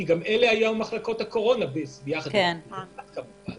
גם אלה היו המחלקות לקורונה בתקופה זו.